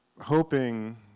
hoping